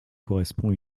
correspond